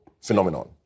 phenomenon